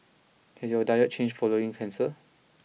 has your diet changed following cancer